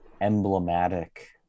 emblematic